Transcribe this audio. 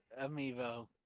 Amiibo